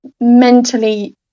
mentally